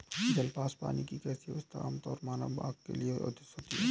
जल वाष्प, पानी की गैसीय अवस्था, आमतौर पर मानव आँख के लिए अदृश्य होती है